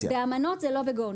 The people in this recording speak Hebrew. אז באמנות זה לא ב-Go/No-go.